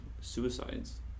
suicides